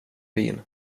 bin